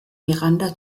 miranda